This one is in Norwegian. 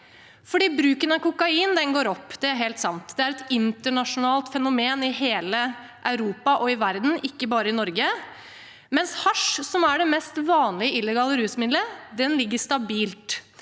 Bruk av kokain går opp, det er helt sant. Det er et internasjonalt fenomen i hele Europa og i verden, ikke bare i Norge, mens hasj, som er det mest vanlige illegale rusmidlet, ligger stabilt.